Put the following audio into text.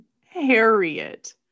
harriet